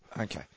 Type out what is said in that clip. Okay